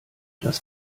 das